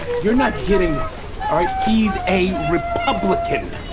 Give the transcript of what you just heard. you're not getting it, all right? he's a republican